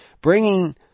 Bringing